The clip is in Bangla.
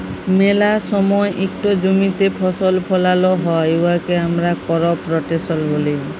ম্যালা সময় ইকট জমিতে ফসল ফলাল হ্যয় উয়াকে আমরা করপ রটেশল ব্যলি